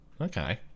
Okay